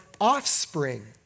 offspring